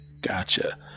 Gotcha